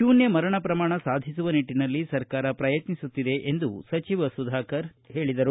ಶೂನ್ದ ಮರಣ ಪ್ರಮಾಣ ಸಾಧಿಸುವ ನಿಟ್ಟನಲ್ಲಿ ಸರ್ಕಾರ ಪ್ರಯತ್ನಿಸುತ್ತಿದೆ ಎಂದು ಸಚಿವ ಸುಧಾಕರ ಹೇಳಿದರು